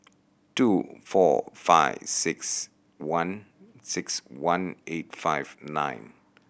two four five six one six one eight five nine